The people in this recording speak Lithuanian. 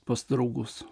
pas draugus